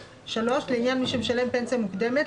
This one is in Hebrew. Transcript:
לעניין מי שמשלם פנסיה מוקדמת,